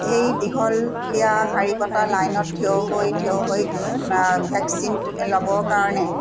সেই দীঘলীয়া শাৰী পতা লাইনত থিয় হৈ থিয় হৈ ভেক্সিন ল'বৰ কাৰণে